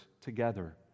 together